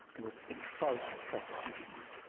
there were six thousand prosecutions.